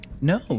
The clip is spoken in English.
No